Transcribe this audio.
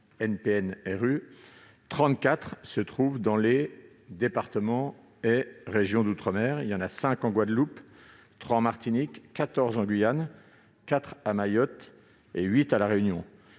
NPNRU, 34 se trouvent dans les départements et régions d'outre-mer : 5 en Guadeloupe, 3 en Martinique, 14 en Guyane, 4 à Mayotte et 8 à La Réunion.